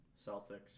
Celtics